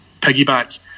piggyback